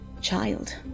child